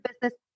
business